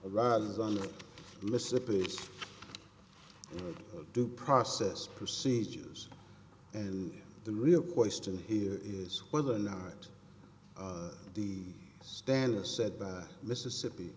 arrives on the mississippi due process procedures and the real question here is whether or not the standards set by mississippi